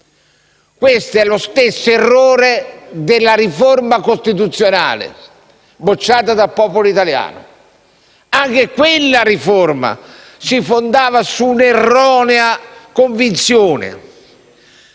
Questo è lo stesso errore della riforma costituzionale, bocciata dal popolo italiano. Anche quella riforma si fondava sull'erronea convinzione